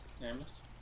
Nameless